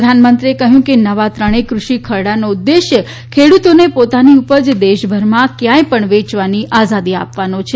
પ્રધાનમંત્રીએ કહયું કે નવા ત્રણેય કૃષિ ખરડાનો ઉદેશ ખેડુતોને પોતાની ઉપજ દેશભરમાં કયાય પણ વેયવાની આઝાદી આપવાનો છે